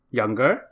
younger